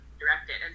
directed